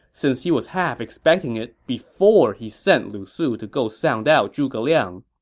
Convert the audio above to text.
since he was half-expecting it before he sent lu su to go sound out zhuge liang.